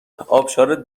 آبشارت